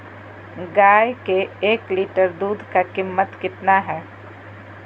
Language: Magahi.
गाय के एक लीटर दूध का कीमत कितना है?